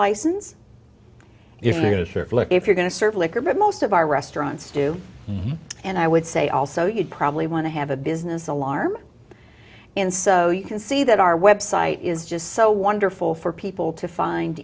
know if you're going to serve liquor but most of our restaurants do and i would say also you'd probably want to have a business alarm and so you can see that our web site is just so wonderful for people to find